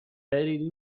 patent